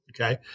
Okay